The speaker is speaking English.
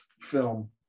film